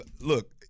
Look